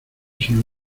sus